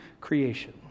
creation